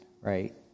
right